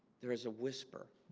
there is a whisper